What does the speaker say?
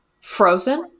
Frozen